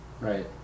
Right